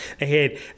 ahead